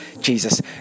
Jesus